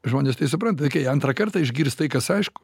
žmonės tai supranta ir kai antrą kartą išgirs tai kas aišku